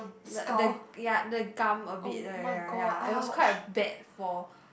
the the ya the gum a bit ya ya ya it was quite a bad fall